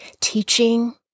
teaching